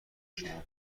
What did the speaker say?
شما